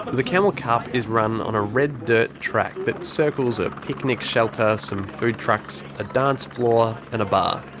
the camel cup is run on a red dirt track that circles a picnic shelter, some food trucks, a dance floor and a bar.